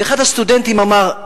ואחד הסטודנטים אמר: